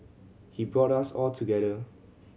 he brought us all together